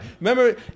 Remember